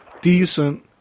decent